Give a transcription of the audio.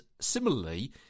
similarly